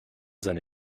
seine